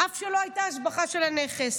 אף שלא הייתה השבחה של הנכס.